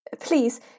Please